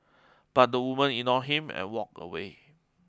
but the woman ignored him and walked away